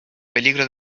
peligro